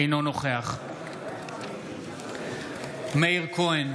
אינו נוכח מאיר כהן,